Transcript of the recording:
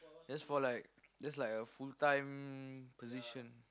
that's for like that's like a full time position